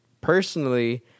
personally